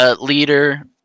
Leader